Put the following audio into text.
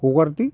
हगारदो